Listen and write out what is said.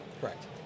correct